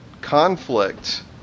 conflict